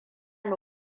ni